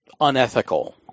unethical